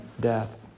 death